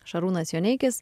šarūnas joneikis